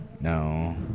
no